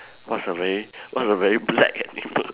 what's a very what's a very black animal